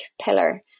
pillar